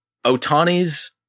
Otani's